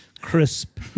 crisp